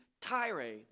Tyre